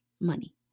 money